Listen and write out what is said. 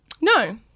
No